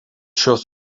šios